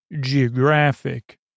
geographic